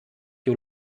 you